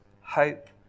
hope